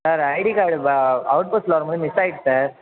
sir ID card out பஸ்ஸில் வரும்போது miss ஆகிட்டு சார்